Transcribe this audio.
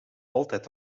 altijd